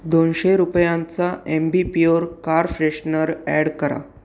दोनशे रुपयांचा Ambi Pur car freshener add करा